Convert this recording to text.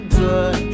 good